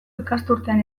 ikasturtean